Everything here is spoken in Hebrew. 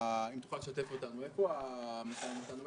האם תוכל לשתף אותנו איפה המשא ומתן עומד?